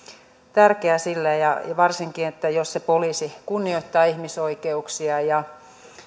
tärkeä varsinkin jos se poliisi kunnioittaa ihmisoikeuksia ja